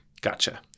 Gotcha